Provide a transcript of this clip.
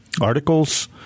articles